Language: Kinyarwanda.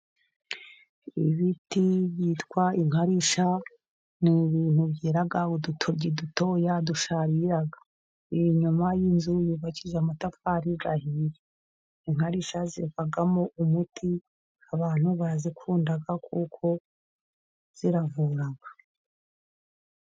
Ibiti byitwa inkarishya n'ibintu byera udutoryi dutoya dusharira, inyuma y'inzu yubakishije amatafari ahiye, inkarishya zivamo umuti abantu barazikunda kuko ziravura.